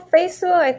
Facebook